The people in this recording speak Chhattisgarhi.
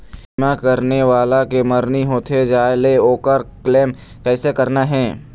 बीमा करने वाला के मरनी होथे जाय ले, ओकर क्लेम कैसे करना हे?